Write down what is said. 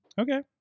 Okay